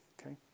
okay